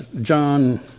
John